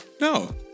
No